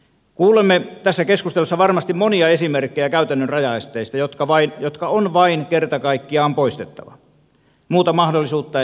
kuulemme tässä keskustelussa varmasti monia esimerkkejä käytännön rajaesteistä jotka on vain kerta kaikkiaan poistettava muuta mahdollisuutta ei ole